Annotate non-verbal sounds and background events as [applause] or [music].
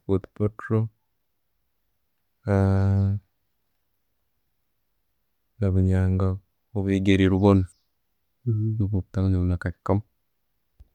Fortportal [hesitation] na'bunyangabu obeigere rubona [unintelligible]